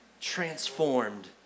Transformed